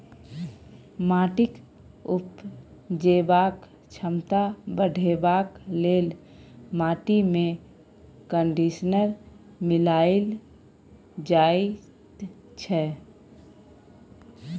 माटिक उपजेबाक क्षमता बढ़ेबाक लेल माटिमे कंडीशनर मिलाएल जाइत छै